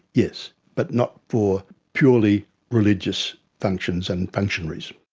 yes, but not for purely religious functions and functionaries.